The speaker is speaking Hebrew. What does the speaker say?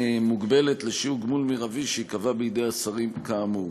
הזכאות מוגבלת לשיעור גמול מרבי שיקבעו השרים כאמור.